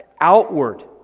outward